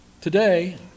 Today